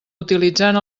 utilitzant